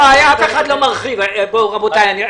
אף אחד לא מרחיב, רבותיי.